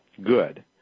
good